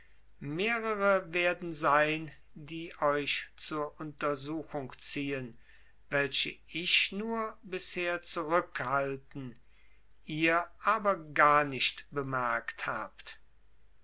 mehrere werden sein die euch zur untersuchung ziehen welche ich nur bisher zurückgehalten ihr aber gar nicht bemerkt habt